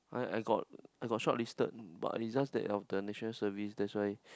I I got I got shortlisted but it's just that of the National Service that's why